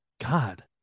God